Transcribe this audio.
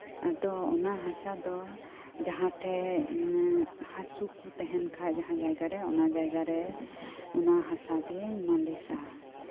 ᱟᱫᱚ ᱚᱱᱟ ᱦᱟᱥᱟ ᱫᱚ ᱡᱟᱦᱟᱸᱴᱮᱡ ᱦᱟᱥᱩᱠᱩ ᱛᱟᱦᱮᱱ ᱠᱷᱟᱡ ᱡᱟᱦᱟᱸ ᱡᱟᱭᱜᱟ ᱨᱮ ᱚᱱᱟ ᱡᱟᱭᱜᱟᱨᱮ ᱚᱱᱟ ᱦᱟᱥᱟᱛᱮ ᱢᱟᱹᱞᱤᱥᱟ